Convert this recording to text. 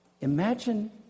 imagine